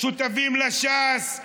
שותפים לה ש"ס,